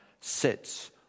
sits